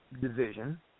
division